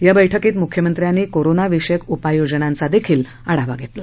या बैठकीत मुख्यमंत्र्यांनी कोरोना विषयक उपाययोजनाचा देखील आढावा घेतला